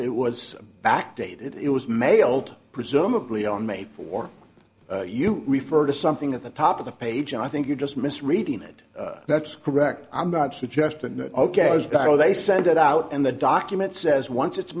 it was backdated it was mailed presumably on may for you refer to something at the top of the page and i think you just missed reading it that's correct i'm not suggesting that ok as a guy they sent it out and the document says once it's